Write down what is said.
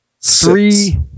three